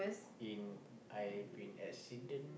in I've been accident